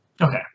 Okay